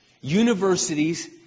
Universities